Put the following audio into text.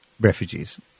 refugees